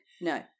No